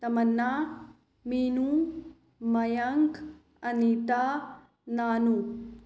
Tamannaah Meenu Mayank Anita Nanu